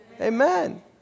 Amen